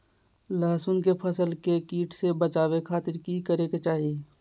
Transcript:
लहसुन के फसल के कीट से बचावे खातिर की करे के चाही?